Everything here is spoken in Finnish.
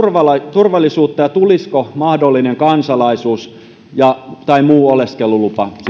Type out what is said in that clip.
turvallisuutta ja tulisiko mahdollinen kansalaisuus tai muu oleskelulupa